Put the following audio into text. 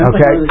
Okay